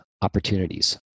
opportunities